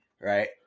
right